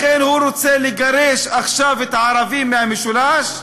לכן הוא רוצה לגרש עכשיו את הערבים מהמשולש,